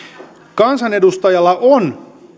kansanedustajilla on